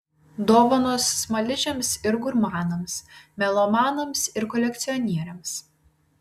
dovanos smaližiams ir gurmanams melomanams ir kolekcionieriams